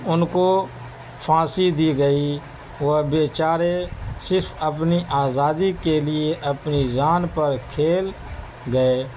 ان کو پھانسی دی گئی وہ بے چارے صرف اپنی آزادی کے لیے اپنی جان پر کھیل گئے